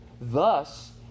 Thus